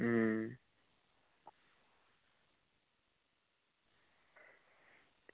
अं